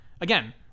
again